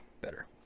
better